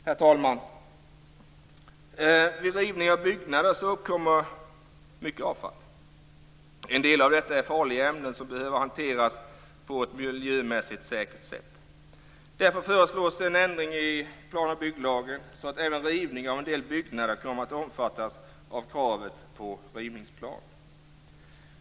Herr talman! Vid rivning av byggnader uppkommer mycket avfall. En del av detta är farliga ämnen som behöver hanteras på ett miljömässigt säkert sätt. Därför föreslås en ändring i plan och bygglagen, så att även rivning av en del byggnader kommer att omfattas av kravet på rivningsplan.